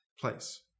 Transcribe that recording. place